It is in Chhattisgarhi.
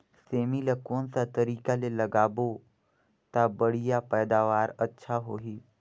सेमी ला कोन सा तरीका ले लगाबो ता बढ़िया पैदावार अच्छा होही?